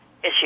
issue